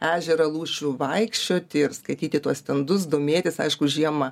ežerą lūšių vaikščioti ir skaityti tuos stendus domėtis aišku žiemą